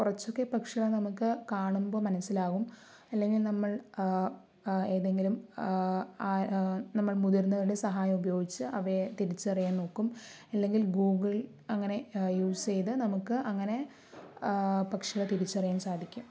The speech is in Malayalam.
കുറച്ചൊക്കെ പക്ഷികളെ കാണുമ്പോൾ മനസിലാകും അല്ലെങ്കിൽ നമ്മൾ ഏതെങ്കിലും ആ നമ്മൾ മുതിർന്നവരുടെ സഹായം ഉപയോഗിച്ച് അവയെ തിരിച്ചറിയാൻ നോക്കും അല്ലെങ്കിൽ ഗൂഗിൾ അങ്ങനെ യൂസ് ചെയ്ത് നമുക്ക് അങ്ങനെ പക്ഷികളെ തിരിച്ചറിയാൻ സാധിക്കും